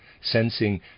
sensing